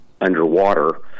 underwater